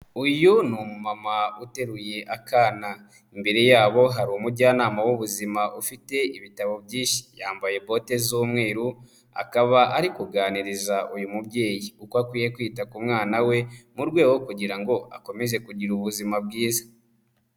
Uyu ni umumama uteruye akana, imbere yabo hari umujyanama w'ubuzima ufite ibitabo byinshi, yambaye bote z'umweru akaba ari kuganiriza uyu mubyeyi uko akwiye kwita ku mwana we, mu rwego rwo kugira ngo akomeze kugira ubuzima bwiza.